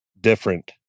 different